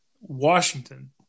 Washington